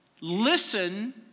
listen